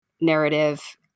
narrative